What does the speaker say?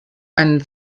einen